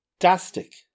fantastic